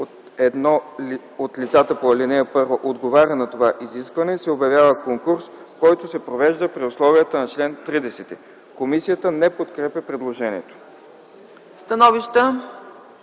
от лицата по ал. 1 отговаря на това изискване, се обявява конкурс, който се провежда при условията на чл. 30.” Комисията не подкрепя предложението.